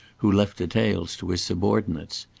who left details to his subordinates.